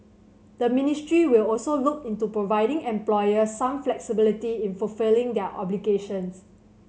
the ministry will also look into providing employers some flexibility in fulfilling their obligations